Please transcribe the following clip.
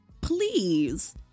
please